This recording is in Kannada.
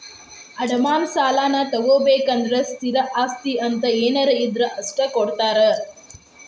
ಅಡಮಾನ ಸಾಲಾನಾ ತೊಗೋಬೇಕಂದ್ರ ಸ್ಥಿರ ಆಸ್ತಿ ಅಂತ ಏನಾರ ಇದ್ರ ಅಷ್ಟ ಕೊಡ್ತಾರಾ